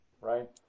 right